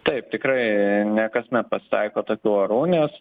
taip tikrai ne kasmet pasitaiko tokių orų nes